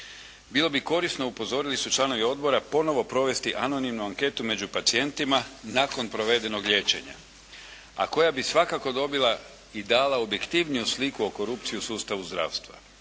Bilo bi korisno upozorili su članovi odbora, ponovo provesti anonimnu anketu među pacijentima nakon provedenog liječenja, a koja bi svakako dobila i dala objektivniju sliku o korupciji u sustavu zdravstva.